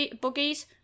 buggies